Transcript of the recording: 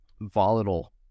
volatile